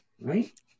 Right